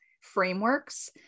frameworks